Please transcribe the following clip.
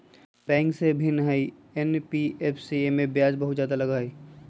Bank से भिन्न हई एन.बी.एफ.सी इमे ब्याज बहुत ज्यादा लगहई?